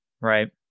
right